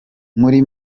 muri